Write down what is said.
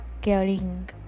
caring